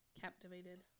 Captivated